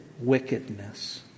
wickedness